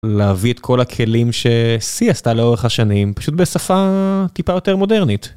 להביא את כל הכלים שסי עשתה לאורך השנים פשוט בשפה טיפה יותר מודרנית.